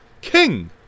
king